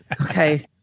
Okay